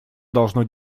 должно